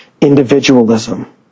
individualism